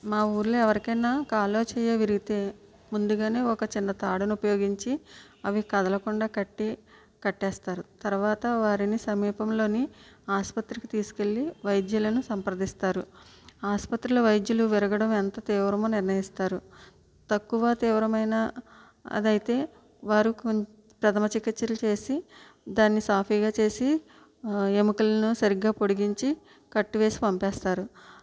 మా ఊర్లో ఎవరికైనా కాళ్ళో చేయో విరిగితే ముందుగానే ఒక చిన్న తాడును ఉపయోగించి అవి కదలకుండా కట్టి కట్టేస్తారు తర్వాత వారిని సమీపంలోని ఆసుపత్రికి తీసుకెళ్ళి వైద్యులను సంప్రదిస్తారు ఆసుపత్రిలో వైద్యులు విరగడం ఎంత తీర్వమో నిర్ణయిస్తారు తక్కువ తీవ్రమైన అదైతే వారు ప్రధమ చికిత్సలు చేసి దాన్ని సాఫీగా చేసి ఎముకలను సరిగ్గా పొడిగించి కట్టు వేసి పంపేస్తారు